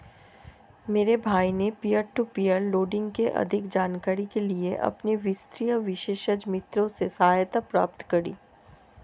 मेरे भाई ने पियर टू पियर लेंडिंग की अधिक जानकारी के लिए अपने वित्तीय विशेषज्ञ मित्र से सहायता प्राप्त करी